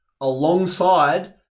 alongside